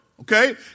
Okay